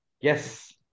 yes